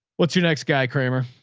what's your next guy? kramer.